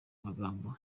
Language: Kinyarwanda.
magambo